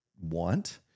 want